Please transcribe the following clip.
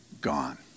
gone